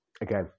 again